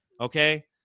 Okay